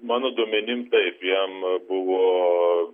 mano duomenim taip jam buvo